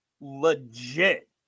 legit